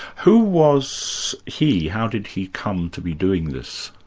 who was he, how did he come to be doing this?